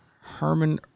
Herman